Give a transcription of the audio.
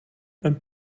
een